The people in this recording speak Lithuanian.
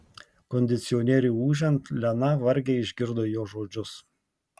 kondicionieriui ūžiant lena vargiai išgirdo jo žodžius